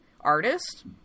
artist